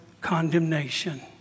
condemnation